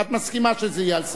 את מסכימה שזה יהיה על סדר-היום?